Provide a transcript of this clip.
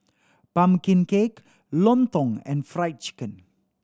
pumpkin cake lontong and Fried Chicken